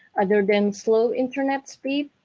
other than slow internet speed,